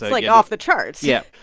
like, off the charts yeah.